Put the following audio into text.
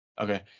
Okay